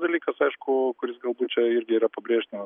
dalykas aišku kuris galbūt čia irgi yra pabrėžtinas